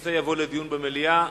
הנושא יבוא לדיון במליאה.